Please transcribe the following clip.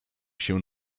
się